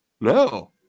No